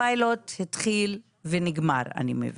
הפיילוט התחיל ונגמר, אני מבינה,